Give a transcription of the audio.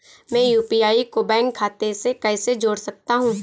मैं यू.पी.आई को बैंक खाते से कैसे जोड़ सकता हूँ?